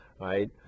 right